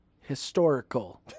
Historical